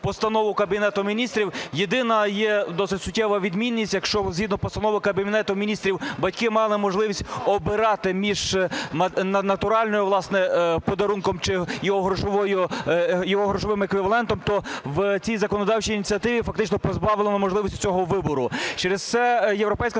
Кабінету Міністрів. Єдина є досить суттєва відмінність, якщо згідно Постанови Кабінету Міністрів батьки мали можливість обирати між натуральним, власне, подарунком чи його грошовим еквівалентом, то в цій законодавчій ініціативі фактично позбавлено можливості цього вибору. Через це "Європейська